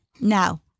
Now